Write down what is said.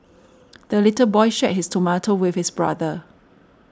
the little boy shared his tomato with his brother